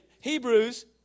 Hebrews